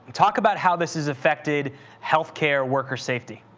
talk about how this has affected health-care worker safety.